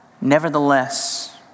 Nevertheless